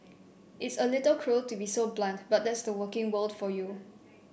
it's a little cruel to be so blunt but that's the working world for you